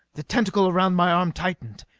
the tentacle around my arm tightened,